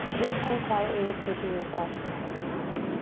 this time quietly whisper to yourself, i am strong.